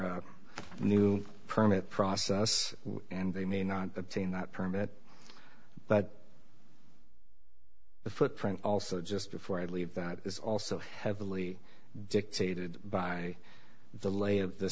a new permit process and they may not attain that permit but the footprint also just before i leave that is also heavily dictated by the lay of the